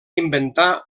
inventar